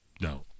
no